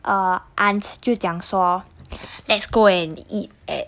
uh aunt 就讲说 let's go and eat at